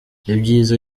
ibyiza